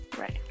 Right